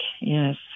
Yes